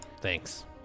Thanks